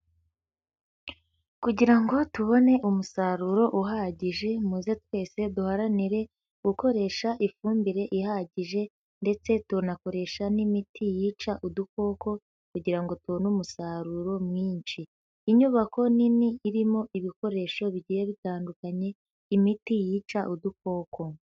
Kugira ngo tubone umusaruro uhagije, muze twese duharanire gukoresha ifumbire ihagije ndetse tunakoresha n'imiti yica udukoko, kugira ngo tubone umusaruro mwinshi. Inyubako nini irimo ibikoresho bigiye bitandukanye, imiti yica udukoko.